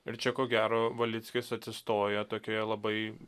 ir čia ko gero valickis atsistoja tokioje labai